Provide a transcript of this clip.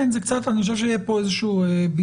כן זה קצת אני חושב שיהיה פה איזשהו בלבול,